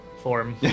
form